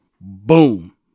Boom